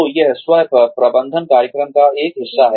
तो यह स्व प्रबंधन कार्यक्रम का एक हिस्सा है